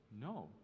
No